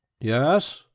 Yes